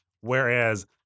Whereas